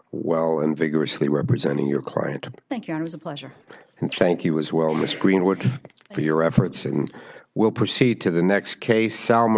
well in vigorously representing your client thank you it was a pleasure and thank you as well mr greenwood for your efforts and will proceed to the next case s